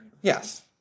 Yes